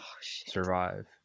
survive